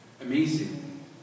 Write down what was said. amazing